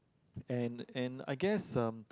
and and I guess um